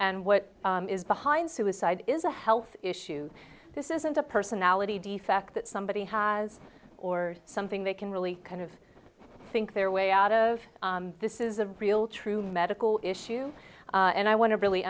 and what is behind suicide is a health issue this isn't a personality defect that somebody has or something they can really kind of think their way out of this is a real true medical issue and i want to really